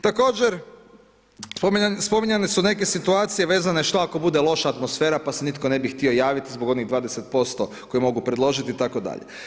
Također spominjane su neke situacije vezane šta ako bude loša atmosfera pa se nitko ne bi htio javiti zbog onih 20% koje mogu predložiti itd.